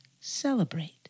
celebrate